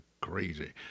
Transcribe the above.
crazy